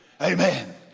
Amen